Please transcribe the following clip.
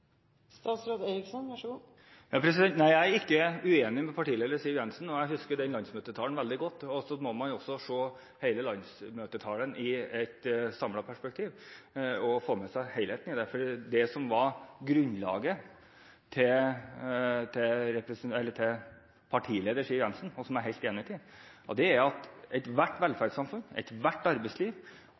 Nei, jeg er ikke uenig med partileder Siv Jensen, og jeg husker den landsmøtetalen veldig godt. Man må se den landsmøtetalen i et samlet perspektiv og få med seg helheten i den, for det som var grunnlaget til partileder Siv Jensen, og som jeg er helt enig i, er at ethvert velferdssamfunn, ethvert arbeidsliv,